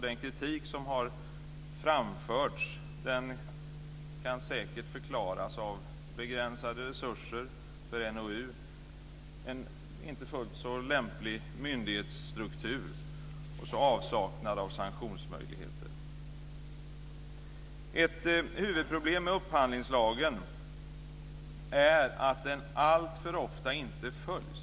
Den kritik som har framförts kan säkert förklaras av begränsade resurser för NOU, en inte fullt så lämplig myndighetsstruktur och avsaknad av sanktionsmöjligheter. Ett huvudproblem med upphandlingslagen är att den alltför ofta inte följs.